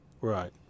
Right